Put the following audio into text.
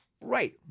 Right